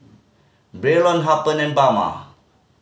Braylon Harper and Bama